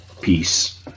Peace